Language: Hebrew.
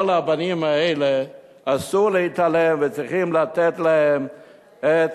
כל הבנים האלה, אסור להתעלם וצריכים לתת להם את